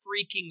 freaking